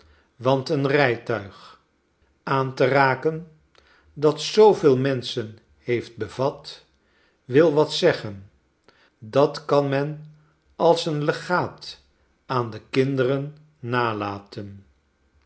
want een rijtuig aan te raken dat zooveel menschen heeft bevat wil wat zeggen dat kan men als een legaat aan de kinderen nalaten